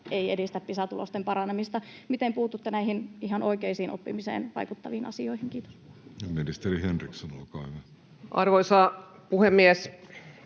ei edistä Pisa-tulosten paranemista. Miten puututte näihin ihan oikeisiin oppimiseen vaikuttaviin asioihin? — Kiitos. Ministeri Henriksson, olkaa hyvä. Arvoisa puhemies!